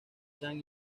chan